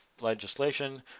legislation